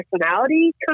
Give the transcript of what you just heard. personality